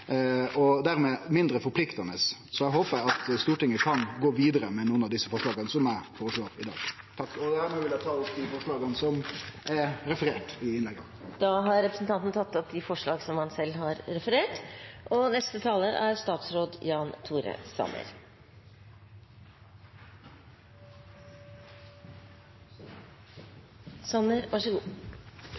og dermed mindre forpliktande, så eg håpar at Stortinget kan gå vidare med nokre av dei forslaga som eg har kome med i dag. Eg tar med dette opp SVs forslag. Representanten Torgeir Knag Fylkesnes har tatt opp de forslagene han har referert